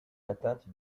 atteinte